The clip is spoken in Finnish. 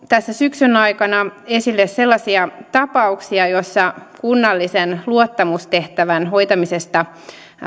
tässä syksyn aikana on tullut esille sellaisia tapauksia joissa kunnallisen luottamustehtävän hoitamisesta